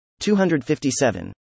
257